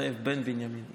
זאב בן בנימין.